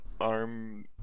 arm